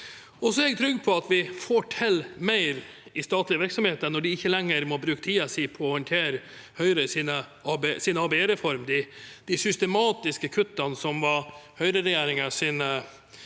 er jeg trygg på at vi får til mer i statlige virksomheter når de ikke lenger må bruke tiden sin på å håndtere Høyres ABE-reform – de systematiske kuttene som var høyreregjeringens